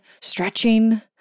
stretching